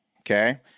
Okay